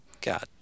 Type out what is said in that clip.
god